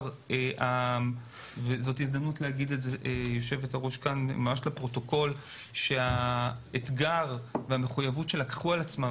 הזדמנות להגיד לפרוטוקול שהאתגר והמחויבות שלקחו על עצמם,